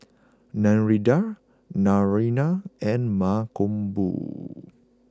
Narendra Naraina and Mankombu